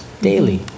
daily